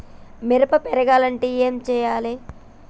మిరప పెరగాలంటే ఏం పోయాలి?